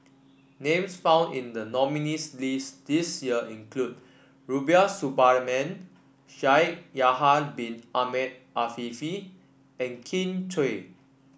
names found in the nominees' list this year include Rubiah Suparman Shaikh Yahya Bin Ahmed Afifi and Kin Chui